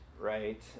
Right